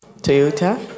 Toyota